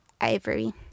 ivory